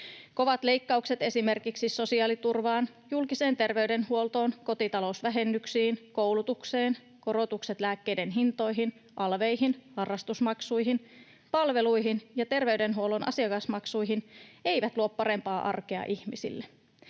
Kovat leikkaukset esimerkiksi sosiaaliturvaan, julkiseen terveydenhuoltoon, kotitalousvähennyksiin ja koulutukseen sekä korotukset lääkkeiden hintoihin, alveihin, harrastusmaksuihin, palveluihin ja terveydenhuollon asiakasmaksuihin eivät luo parempaa arkea ihmisille.